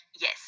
yes